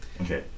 Okay